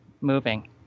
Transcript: moving